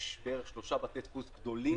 יש בערך שלושה בתי דפוס גדולים,